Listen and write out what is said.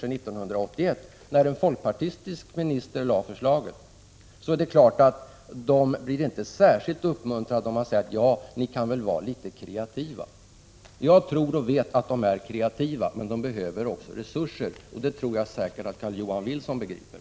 sedan 1981, när en folkpartistisk minister lade förslaget, är det klart att de inte blir särskilt uppmuntrade av att höra: Men ni 139 kan väl vara litet kreativa! Jag tror och vet att de är kreativa, men de behöver också resurser, och det tror jag att Carl-Johan Wilson begriper.